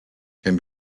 can